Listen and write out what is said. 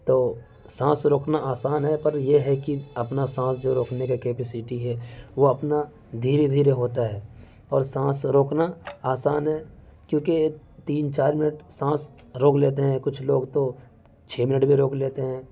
تو سانس روکنا آسان ہے پر یہ ہے کہ اپنا سانس جو ہے روکنے کا کیپیسیٹی ہے وہ اپنا دھیرے دھیرے ہوتا ہے اور سانس روکنا آسان ہے کیونکہ تین چار منٹ سانس روک لیتے ہیں کچھ لوگ تو چھ منٹ بھی روک لیتے ہیں